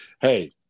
hey